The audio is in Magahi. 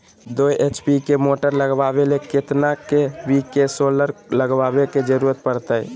दो एच.पी के मोटर चलावे ले कितना के.वी के सोलर लगावे के जरूरत पड़ते?